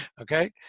Okay